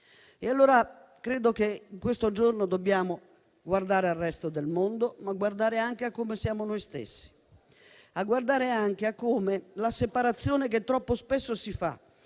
E allora credo che in questo giorno dobbiamo guardare al resto del mondo, ma guardare anche a come siamo noi stessi, a come la separazione che troppo spesso si fa